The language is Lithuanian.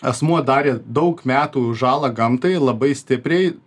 asmuo darė daug metų žalą gamtai labai stipriai